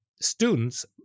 students